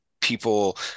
people